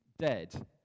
dead